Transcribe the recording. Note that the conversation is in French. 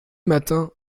matin